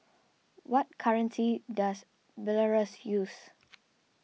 what currency does Belarus use